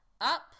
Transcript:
up